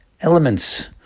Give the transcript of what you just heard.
elements